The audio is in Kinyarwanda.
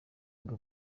bwe